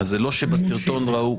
זה לא שבסרטון ראו.